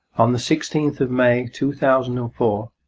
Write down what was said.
on the sixteenth of may two thousand and four,